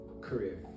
career